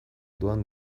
doan